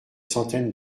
centaines